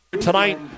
tonight